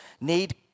need